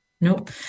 Nope